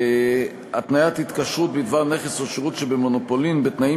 התניית התקשרות בדבר נכס או שירות שבמונופולין בתנאים